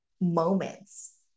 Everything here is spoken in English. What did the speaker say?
moments